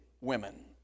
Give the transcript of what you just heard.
women